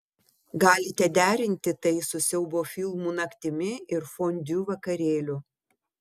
galite derinti tai su siaubo filmų naktimi ir fondiu vakarėliu